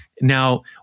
Now